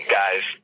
guys